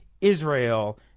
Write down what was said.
Israel